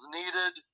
needed